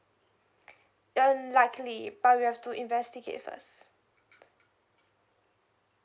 unlikely but we have to investigate first